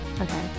Okay